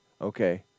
Okay